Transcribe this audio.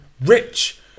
rich